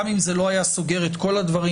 גם אם זה לא היה סוגר את כל הדברים.